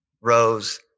rose